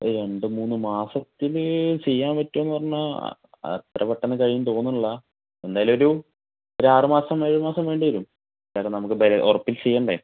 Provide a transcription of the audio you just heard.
രണ്ടുമൂന്ന് മാസത്തില് ചെയ്യാൻ പറ്റുമോ എന്ന് പറഞ്ഞാൽ അത് അത്ര പെട്ടെന്ന് കഴിയുമെന്ന് തോന്നണില്ല എന്തായാലും ഒരു ഒരു ആറുമാസം ഏഴു മാസം വേണ്ടിവരും കാരണം നമുക്ക് ഉറപ്പിച്ച് ചെയ്യണ്ടേ